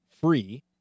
free